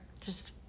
Just-